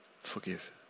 Forgive